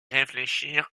réfléchir